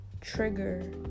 trigger